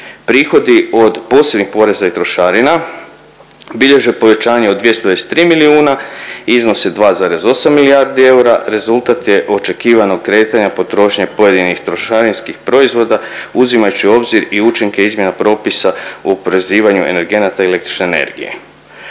Prihodi od posebnih poreza i trošarina bilježe povećanje od 293 milijuna, iznose 2,8 milijardi eura, rezultat je očekivano kretanje potrošnje pojedinih trošarinskih proizvoda uzimajući u obzir i učinke izmjena propisa u oporezivanju energenata i električne energije.